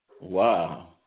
Wow